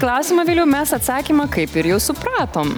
klausimą viliau mes atsakymą kaip ir jau supratom